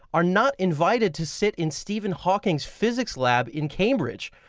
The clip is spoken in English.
are not invited to sit in stephen hawking's physics lab in cambridge.